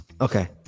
okay